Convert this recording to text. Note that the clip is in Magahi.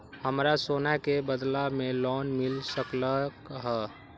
हमरा सोना के बदला में लोन मिल सकलक ह?